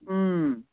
अँ